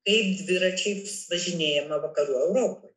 kaip dviračiais važinėjama vakarų europoje